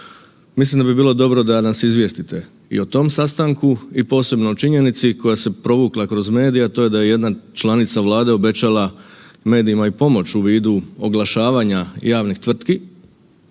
Mislim da bi bilo dobro da nas izvijestite i o tom sastanku i posebno o činjenici koja se provukla kroz medije, a to je da je jedna članica Vlade obećala medijima i pomoć u vidu oglašavanja javnih tvrtki,